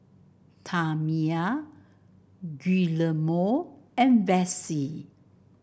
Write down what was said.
Tamia Guillermo and Vessie